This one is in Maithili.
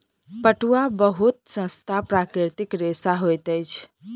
पटुआ बहुत सस्ता प्राकृतिक रेशा होइत अछि